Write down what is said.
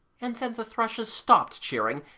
and then the thrushes stopped cheering,